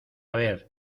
ver